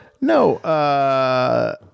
No